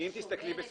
אני שואלת.